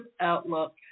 outlook